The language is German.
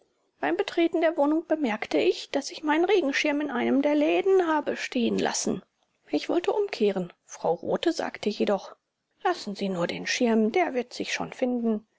beim betreten der wohnung bemerkte ich daß ich meinen regenschirm in einem der läden habe stehen lassen ich wollte umkehren frau rothe sagte jedoch lassen sie nur den schirm der wird sich schon finden